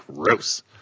gross